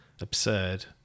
absurd